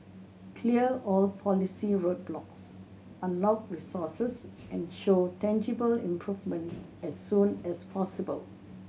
clear all policy roadblocks unlock resources and show tangible improvements as soon as possible